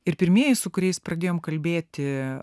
ir pirmieji su kuriais pradėjom kalbėti